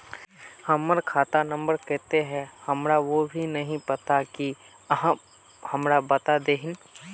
हमर खाता नम्बर केते है हमरा वो भी नहीं पता की आहाँ हमरा बता देतहिन?